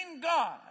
God